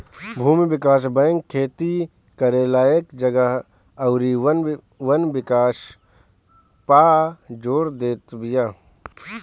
भूमि विकास बैंक खेती करे लायक जगह अउरी वन विकास पअ जोर देत बिया